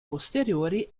posteriori